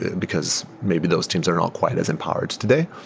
because maybe those teams are not quite as empowered today.